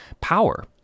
power